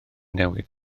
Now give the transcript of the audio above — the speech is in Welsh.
newydd